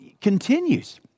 continues